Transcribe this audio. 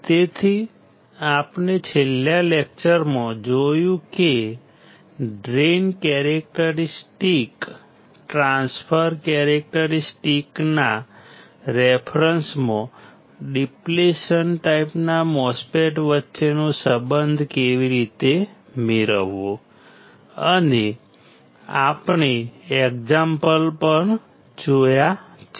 તેથી આપણે છેલ્લા લેકચરમાં જોયું છે કે ડ્રેઇન કેરેક્ટરિસ્ટિક ટ્રાન્સફર કેરેક્ટરિસ્ટિકના રેફરન્સમાં ડીપ્લેશન ટાઈપના MOSFET વચ્ચેનો સંબંધ કેવી રીતે મેળવવો અને આપણે એક્ઝામ્પલ્સ પણ જોયા છે